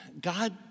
God